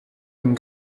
une